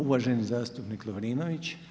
Uvaženi zastupnik Lovrinović.